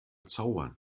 zaubern